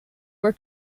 were